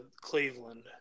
Cleveland